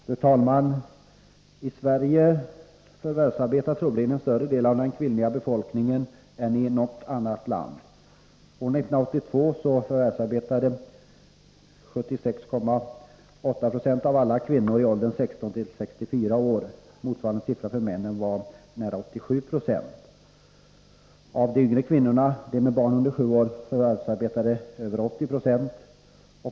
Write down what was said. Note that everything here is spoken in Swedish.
Fru talman! I Sverige förvärvsarbetar troligen en större del av den kvinnliga befolkningen än i något annat land. År 1982 förvärvsarbetade 76,8 20 av alla kvinnor i åldern 16-64 år. Motsvarande siffra för männen var närmare 87 90. Av de yngre kvinnorna — de som har barn under sju år — förvärvsarbetade över 80 90.